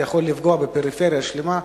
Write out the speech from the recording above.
יכול לפגוע בפריפריה שלמה.